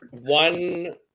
one